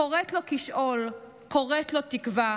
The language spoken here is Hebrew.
/ קוראת לו 'כִּשְׁאוֹל' // קוראת לו 'תִּקְווה'